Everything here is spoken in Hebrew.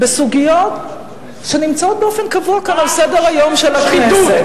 בסוגיות שנמצאות באופן קבוע כאן על סדר-היום של הכנסת.